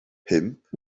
pump